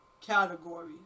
category